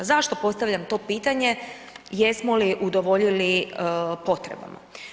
Zašto postavljam to pitanje, jesmo li udovoljili potrebama.